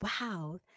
Wow